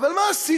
אבל מה עשיתם,